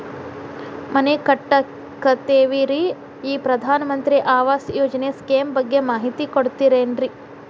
ಮನಿ ಕಟ್ಟಕತೇವಿ ರಿ ಈ ಪ್ರಧಾನ ಮಂತ್ರಿ ಆವಾಸ್ ಯೋಜನೆ ಸ್ಕೇಮ್ ಬಗ್ಗೆ ಮಾಹಿತಿ ಕೊಡ್ತೇರೆನ್ರಿ?